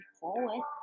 forward